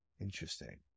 Interesting